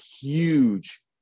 huge